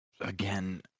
again